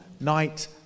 night